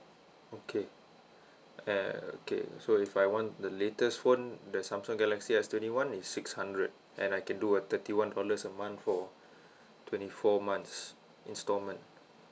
okay eh okay so if I want the latest phone the samsung galaxy S twenty one it's six hundred and I can do a thirty one dollars a month for twenty four months instalment